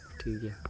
ᱴᱷᱤᱠ ᱜᱮᱭᱟ